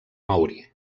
maori